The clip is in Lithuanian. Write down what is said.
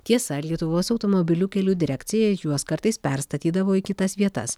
tiesa lietuvos automobilių kelių direkcija juos kartais perstatydavo į kitas vietas